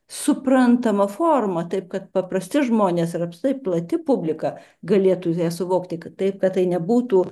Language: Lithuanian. suprantama forma taip kad paprasti žmonės ir apskritai plati publika galėtų ją suvokti kad taip kad tai nebūtų